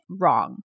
wrong